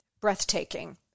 breathtaking